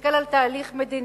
תסתכל על התהליך המדיני.